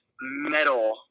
metal